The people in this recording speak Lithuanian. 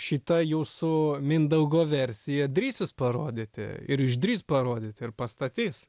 šita jūsų mindaugo versija drįs jus parodyti ir išdrįs parodyti ir pastatys